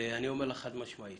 ואני אומר לך חד-משמעית: